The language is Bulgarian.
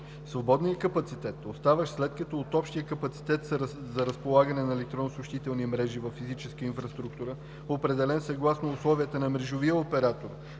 свободният капацитет, оставащ след като от общия капацитет за разполагане на електронни съобщителни мрежи във физическата инфраструктура, определен съгласно условията на мрежовия оператор